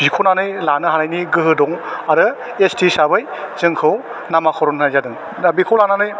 बिख'नानै लानो हानायनि गोहो दं आरो एस टि हिसाबै जोंखौ नामा खरन नायग्रोदों दा बेखौ लानानै